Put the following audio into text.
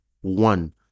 one